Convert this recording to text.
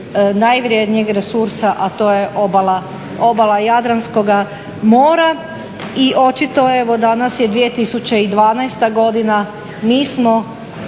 najvrednijeg resursa, a to je obala Jadranskoga mora. I očito evo danas je 2012. godina mi smo,